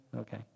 Okay